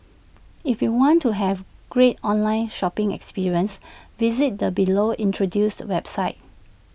if you want to have great online shopping experiences visit the below introduced websites